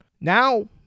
Now